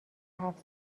هفت